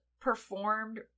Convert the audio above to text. performed